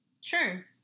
Sure